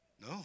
No